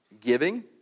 Giving